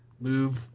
move